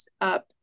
up